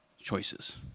choices